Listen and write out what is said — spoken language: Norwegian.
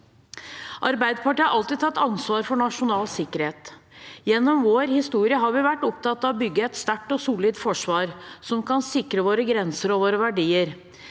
Arbeiderpartiet har alltid tatt ansvar for nasjonal sikkerhet. Gjennom vår historie har vi vært opptatt av å bygge et sterkt og solid forsvar som kan sikre våre grenser og våre